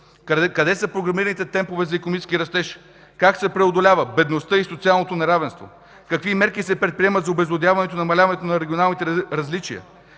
къде са програмираните темпове на растеж, как се преодоляват бедността и социалното неравенство, какви мерки се предприемат за обезлюдяването и намаляване на регионалните различия,